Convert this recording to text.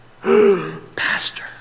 Pastor